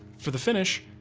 for the finish,